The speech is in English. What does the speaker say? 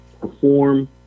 perform